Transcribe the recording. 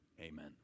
Amen